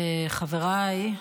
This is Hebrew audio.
חבריי,